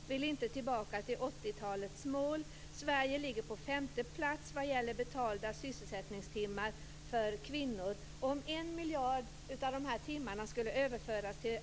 Han vill inte tillbaka till 80-talets mål. Sverige ligger på femte plats vad gäller betalda sysselsättningstimmar för kvinnor. Om en miljard av dessa timmar skulle överföras till